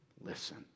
listen